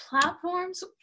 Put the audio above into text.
platforms